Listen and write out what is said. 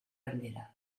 bandera